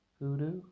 Voodoo